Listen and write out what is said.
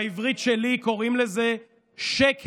בעברית שלי קוראים לזה שקר.